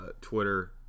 Twitter